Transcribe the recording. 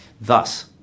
Thus